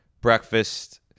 breakfast